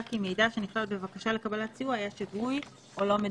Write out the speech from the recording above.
כי מידע שנכלל בבקשה לקבלת סיוע היה שגוי או לא מדויק.